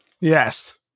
yes